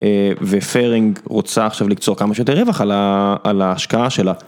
ופיירינג רוצה עכשיו לקצור כמה שיותר רווח על ההשקעה שלה.